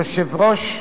יושב-ראש,